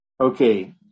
Okay